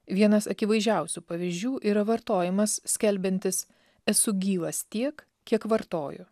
vienas akivaizdžiausių pavyzdžių yra vartojimas skelbiantis esu gyvas tiek kiek vartoju